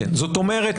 זאת אומרת,